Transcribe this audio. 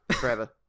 forever